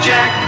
Jack